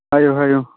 ꯍꯥꯏꯌꯨ ꯍꯥꯏꯌꯨ